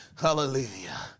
Hallelujah